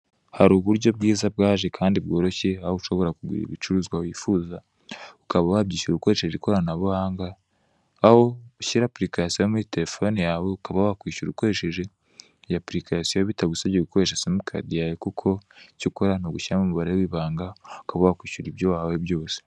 Hari uburyo bwiza bwaje kandi bworoshye aho ushobora kugura ibicuruzwa wifuza ukaba wabyishyura ukoresheje ikoranabuhanga aho ushyira apurikasiyo muri telefoni yawe ukaba wakwishyura ukoresheje iyo apurikasiyo bitagusabye gukoresha simukadi yawe kuko icyo ukora nugushyiramo umubare wibanga ukaba wakwishyura ibyo wahawe byose.